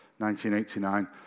1989